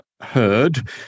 heard